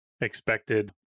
expected